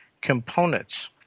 components